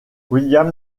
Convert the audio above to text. williams